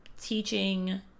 teaching